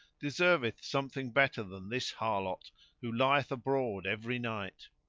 deserveth something better than this harlot who lieth abroad every night.